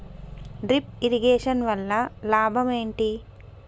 Drip irrigation వల్ల లాభం ఏంటి?